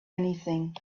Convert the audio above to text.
anything